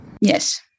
Yes